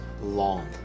long